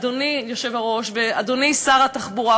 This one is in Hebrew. אדוני היושב-ראש ואדוני שר התחבורה,